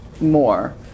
more